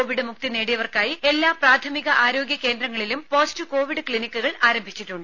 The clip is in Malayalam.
കോവിഡ്മുക്തി നേടിയവർക്കായി എല്ലാ പ്രാഥമിക ആരോഗ്യ കേന്ദ്രങ്ങളിലും പോസ്റ്റ് കോവിഡ് ക്ലിനിക്കുകൾ ആരംഭിച്ചിട്ടുണ്ട്